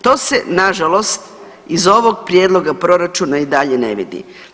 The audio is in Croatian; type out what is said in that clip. To se nažalost iz ovog prijedlog proračuna i dalje ne vidi.